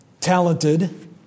talented